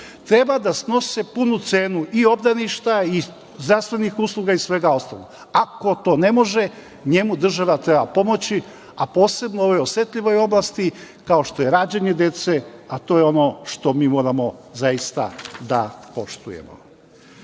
treba da snose punu cenu i obdaništa, i zdravstvenih usluga i svega ostalog. Ko to ne može njemu država treba pomoći, a posebno ovoj osetljivoj oblasti kao što je rađanje dece, a to je ono što mi moramo zaista da poštujemo. Zakon